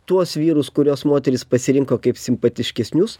tuos vyrus kuriuos moterys pasirinko kaip simpatiškesnius